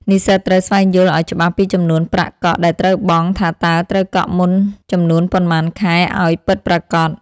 និស្សិតត្រូវស្វែងយល់ឱ្យច្បាស់ពីចំនួនប្រាក់កក់ដែលត្រូវបង់ថាតើត្រូវកក់មុនចំនួនប៉ុន្មានខែឱ្យពិតប្រាកដ។